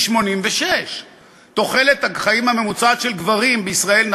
היא 86. תוחלת החיים הממוצעת של גברים בישראל,